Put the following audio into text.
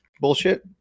bullshit